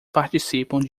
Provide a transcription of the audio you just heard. participam